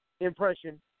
impression